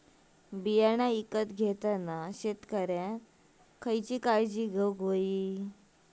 बियाणा ईकत घेताना शेतकऱ्यानं कसली काळजी घेऊक होई?